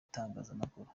itangazamakuru